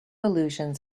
allusions